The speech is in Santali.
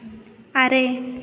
ᱟᱨᱮ